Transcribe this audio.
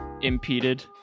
impeded